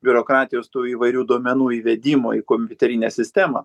biurokratijos tų įvairių duomenų įvedimo į kompiuterinę sistemą